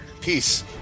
Peace